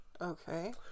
Okay